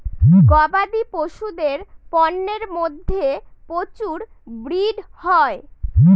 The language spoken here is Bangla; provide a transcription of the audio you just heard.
গবাদি পশুদের পন্যের মধ্যে প্রচুর ব্রিড হয়